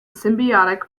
symbiotic